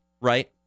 right